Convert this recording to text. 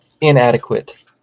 inadequate